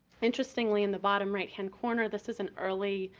interestingly, in the bottom right hand corner this is an early